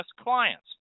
clients